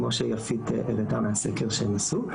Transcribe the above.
כמו שיפית הראתה בסקר שהם עשו.